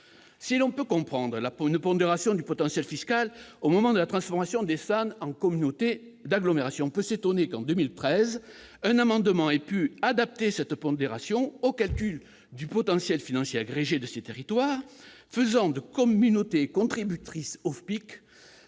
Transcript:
Si l'on peut comprendre une pondération du potentiel fiscal au moment de la transformation des SAN en communautés d'agglomération, on peut s'étonner qu'un amendement adopté en 2013 ait pu adapter cette pondération au calcul du potentiel financier agrégé de ces territoires, faisant des communautés contributrices au